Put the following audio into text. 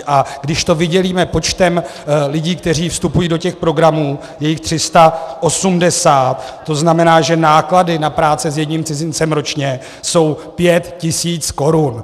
A když to vydělíme počtem lidí, kteří vstupují do těch programů, je jich 380, to znamená, že náklady na práce s jedním cizincem ročně jsou pět tisíc korun.